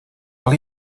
doch